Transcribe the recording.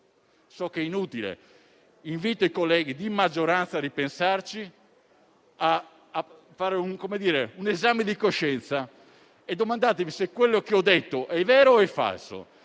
so che è inutile - i colleghi di maggioranza a ripensarci e a fare un esame di coscienza: domandatevi se quello che ho detto è vero o è falso,